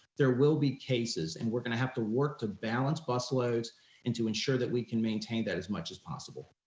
there will be cases and we're gonna have to work to balance busloads and to ensure that we can maintain that as much as possible.